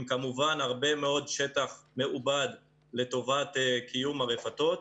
כמובן הרבה מאוד שטח מעובד לטובת קיום הרפתות.